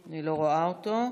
אני לא רואה אותו.